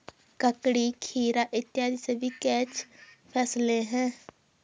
ककड़ी, खीरा इत्यादि सभी कैच फसलें हैं